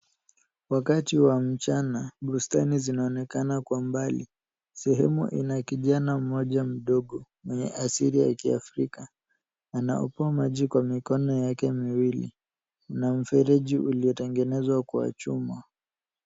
Wakati wa mchana, bustani zinaonekana kwa mbali. Sehemu ina kijana mmoja mdogo, mwenye asili ya kiafrika. Anaopoa maji kwa mikono yake miwili na mfereji uliotengenezwa kwa chuma.